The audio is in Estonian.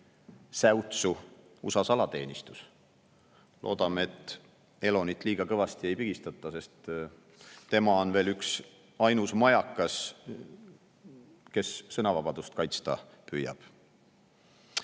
säutsu USA salateenistus. Loodame, et Elonit liiga kõvasti ei pigistata, sest tema on veel üksainus majakas, kes sõnavabadust kaitsta püüab. Lõppu